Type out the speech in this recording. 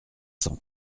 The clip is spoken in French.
cent